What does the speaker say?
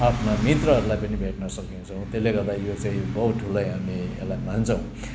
आफ्नो मित्रहरूलाई पनि भेट्न सकिन्छौँ त्यसले गर्दाखेरि यो चाहिँ बहुत ठुलो हामी यसलाई मान्छौँ